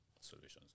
solutions